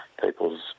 people's